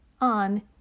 on